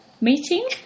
meeting